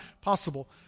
possible